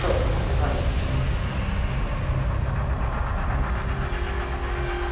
hello ᱡᱚᱦᱟᱨ ᱜᱮ ᱦᱮᱸ